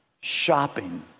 shopping